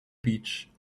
beach